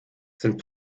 sind